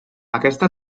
aquesta